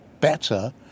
better